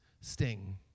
sting